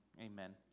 amen